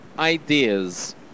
ideas